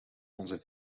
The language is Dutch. onze